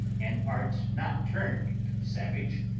and art not turned savage,